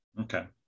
okay